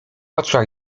oczach